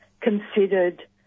considered